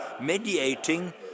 mediating